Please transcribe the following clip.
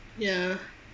ya